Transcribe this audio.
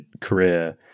career